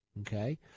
okay